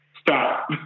stop